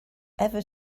ever